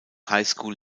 highschool